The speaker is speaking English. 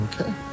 Okay